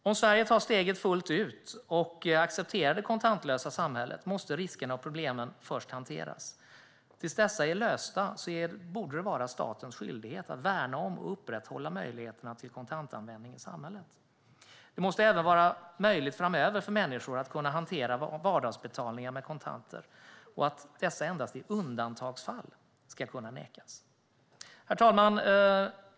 Om Sverige tar steget fullt ut och accepterar det kontantlösa samhället måste riskerna och problemen först hanteras. Tills dessa är lösta borde det vara statens skyldighet att värna om och upprätthålla möjligheterna till kontantanvändning i samhället. Det måste även framöver vara möjligt för människor att hantera vardagsbetalningar med kontanter. Dessa ska endast i undantagsfall kunna nekas. Herr talman!